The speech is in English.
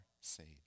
saved